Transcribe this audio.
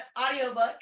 audiobook